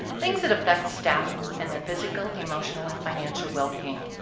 things that affect staff and their physical, emotional, and financial well-being.